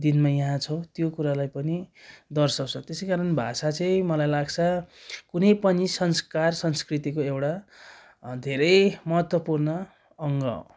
दिनमा यहाँ छौँ त्यो कुरालाई पनि दर्शाउँछ त्यसै कारण भाषा चाहिँ मलाई लाग्छ कुनै पनि संस्कार संस्कृतिको एउटा धेरै महत्त्वपूर्ण अङ्ग हो